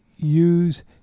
Use